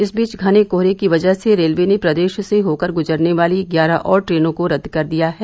इस बीच घने कोहरे की वजह से रेलवे ने प्रदेश से होकर गुजरने वाली ग्यारह और ट्रेनों को रद्द कर दिया है